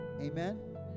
amen